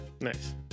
nice